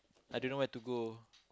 I don't know where to go